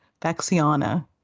Vaxiana